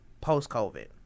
post-COVID